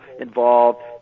involved